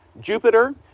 Jupiter